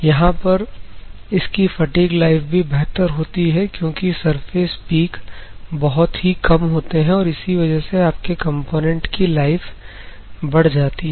यहां पर इसकी फटीग लाइफ भी बेहतर होती है क्योंकि सरफेस पिक बहुत ही कम होते हैं और इसी वजह से आपके कंपोनेंट की लाइफ बढ़ जाती है